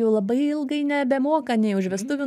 jau labai ilgai nebemoka nei už vestuvių